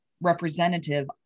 representative